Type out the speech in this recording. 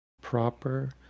proper